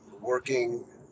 working